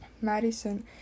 Madison